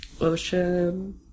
ocean